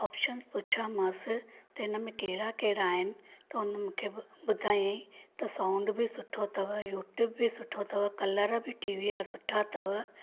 options पुछामास त हिनमें कहिड़ा कहिड़ा आहिनि त उन मूंखे ॿुधाईं त साउंड बि सुठो अथव यूट्यूब बि सुठो अथव कलर बि टीवीअ जा सुठा अथव